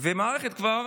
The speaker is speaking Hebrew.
והמערכת כבר